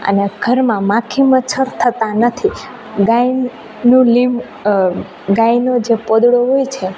અને ઘરમાં માખી મચ્છર થતા નથી ગાયનું લિંપ ગાયનો જે પોદળો હોય છે